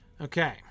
Okay